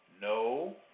no